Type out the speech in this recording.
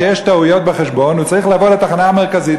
כשיש טעויות בחשבון האזרח צריך לבוא לתחנה המרכזית,